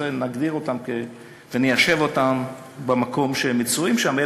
וזה מגדיר אותם ומיישב אותם במקום שהם מצויים שם,